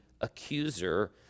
accuser